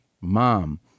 mom